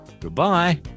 Goodbye